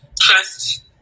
trust